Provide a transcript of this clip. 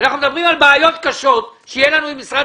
אנחנו מדברים על בעיות קשות שיהיו לנו עם משרד